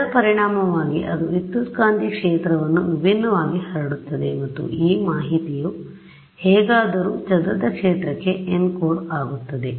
ಇದರ ಪರಿಣಾಮವಾಗಿ ಅದು ವಿದ್ಯುತ್ಕಾಂತೀಯ ಕ್ಷೇತ್ರವನ್ನು ವಿಭಿನ್ನವಾಗಿ ಹರಡುತ್ತದೆ ಮತ್ತು ಆ ಮಾಹಿತಿಯು ಹೇಗಾದರೂ ಚದುರಿದ ಕ್ಷೇತ್ರಕ್ಕೆ ಎನ್ಕೋಡ್ ಆಗುತ್ತದೆ